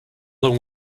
long